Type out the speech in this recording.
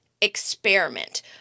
experiment